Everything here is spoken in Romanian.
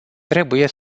trebuie